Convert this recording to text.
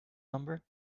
number